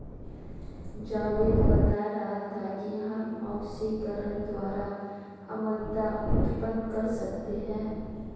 जावेद बता रहा था कि हम ऑक्सीकरण द्वारा अम्लता उत्पन्न कर सकते हैं